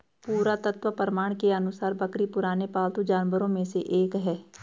पुरातत्व प्रमाण के अनुसार बकरी पुराने पालतू जानवरों में से एक है